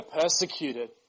persecuted